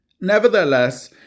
nevertheless